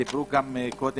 ודיברו גם קודם,